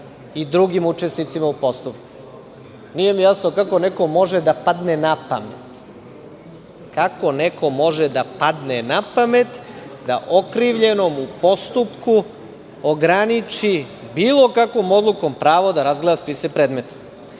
i drugim učesnicima u postupku. Nije mi jasno kako nekom može da padne napamet, kako nekom može da padne napamet da okrivljenom u postupku ograniči bilo kakvom odlukom pravo da razgleda spise